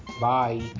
Bye